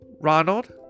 Ronald